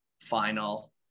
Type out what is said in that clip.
final